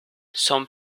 some